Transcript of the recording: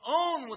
own